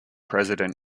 president